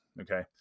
Okay